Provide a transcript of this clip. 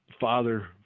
father